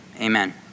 amen